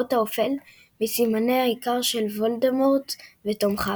האות האפל – מסימני ההיכר של וולדמורט ותומכיו.